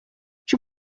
she